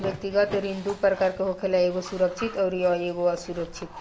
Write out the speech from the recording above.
व्यक्तिगत ऋण दू प्रकार के होखेला एगो सुरक्षित अउरी असुरक्षित